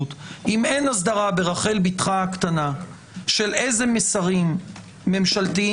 שאם אין הסדרה ברחל ביתך הקטנה של איזה מסרים ממשלתיים,